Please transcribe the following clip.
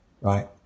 right